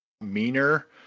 meaner